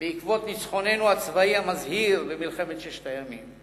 בעקבות ניצחוננו הצבאי המזהיר במלחמת ששת הימים.